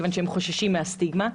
כיוון שהם חוששים מהסטיגמה.